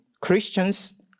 Christians